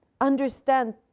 understand